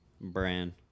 brand